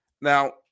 Now